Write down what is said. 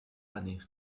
année